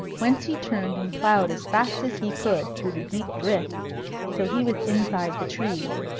whence he turned and ploughed as fast as he could through the deep drifts till he was inside the trees.